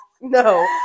No